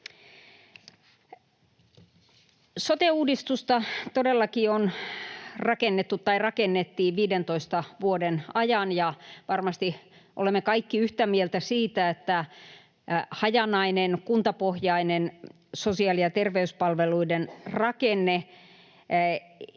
Sote-uudistusta todellakin rakennettiin 15 vuoden ajan, ja varmasti olemme kaikki yhtä mieltä siitä, että hajanainen, kuntapohjainen sosiaali- ja terveyspalveluiden rakenne